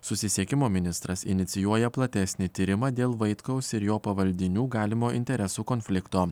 susisiekimo ministras inicijuoja platesnį tyrimą dėl vaitkaus ir jo pavaldinių galimo interesų konflikto